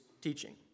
teaching